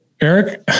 Eric